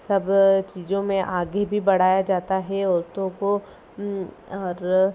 सब चीज़ों में आगे भी बढ़ाया जाता है औरतों को और